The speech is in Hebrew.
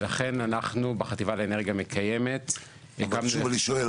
ולכן אנחנו בחטיבה לאנרגיה מקיימת הקמנו --- שוב אני שואל,